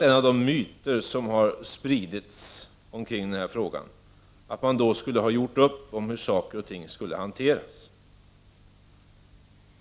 En av de myter som har spritts kring den här frågan har varit att man då gjorde upp om hur saker och ting skulle hanteras.